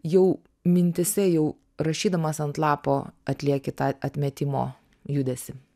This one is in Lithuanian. jau mintyse jau rašydamas ant lapo atlieki tą atmetimo judesį